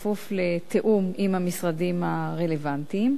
בכפוף לתיאום עם המשרדים הרלוונטיים.